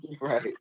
Right